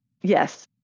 Yes